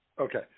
Okay